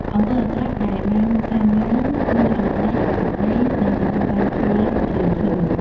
អំពើអាក្រក់ដែលបានសាងឡើង ទោះល្អក្ដី អាក្រក់ក្ដី នឹងទទួលបានផលរៀងខ្លួន ។